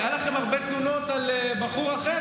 היו לכם הרבה תלונות על בחור אחר,